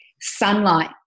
sunlight